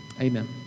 Amen